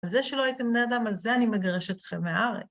על זה שלא הייתם בני אדם, על זה אני מגרש אתכם מהארץ.